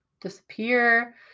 disappear